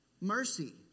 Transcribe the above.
Mercy